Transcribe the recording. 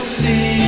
see